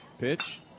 Pitch